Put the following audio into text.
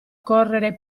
correre